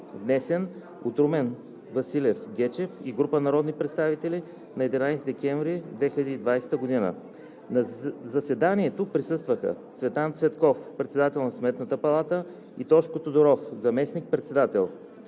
внесен от Румен Василев Гечев и група народни представители на 11 декември 2020 г. На заседанието присъстваха: Цветан Цветков – председател на Сметната палата, и Тошко Тодоров – заместник-председател.